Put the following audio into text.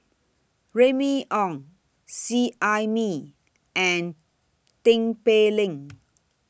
Remy Ong Seet Ai Mee and Tin Pei Ling